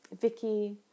Vicky